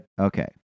Okay